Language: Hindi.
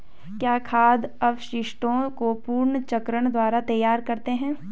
क्या खाद अपशिष्टों को पुनर्चक्रण द्वारा तैयार करते हैं?